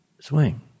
swing